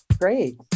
Great